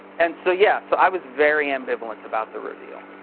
and so yes. so i was very ambivalent about the reveal.